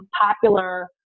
popular